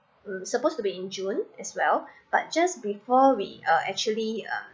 hmm supposed to be in June as well but just before we uh actually uh